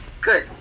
Good